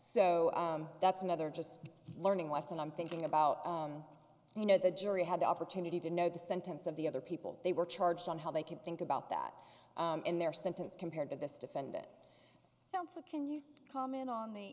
so that's another just learning lesson i'm thinking about you know the jury had the opportunity to know the sentence of the other people they were charged on how they could think about that in their sentence compared to this defend it can you comment on the